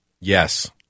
Yes